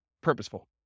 purposeful